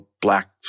Black